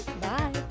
bye